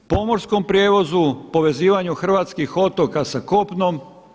Pomorskom prijevozu, povezivanju hrvatskih otoka sa kopnom.